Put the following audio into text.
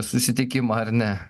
susitikimą ar ne